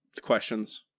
questions